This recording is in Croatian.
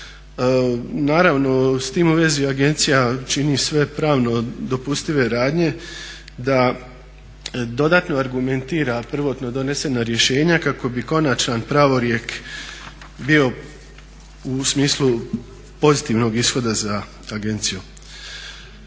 Naravno s time u vezi agencija čini sve pravno dopustive radnje da dodatno argumentira prvotno donesena rješenja kako bi konačan pravolijek bio u smislu pozitivnog ishoda za agenciju.